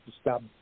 stop